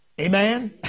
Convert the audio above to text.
Amen